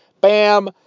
Bam